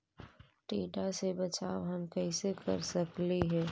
टीडा से बचाव हम कैसे कर सकली हे?